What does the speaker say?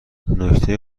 نکته